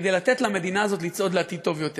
כדי לתת למדינה הזאת לצעוד לעתיד טוב יותר.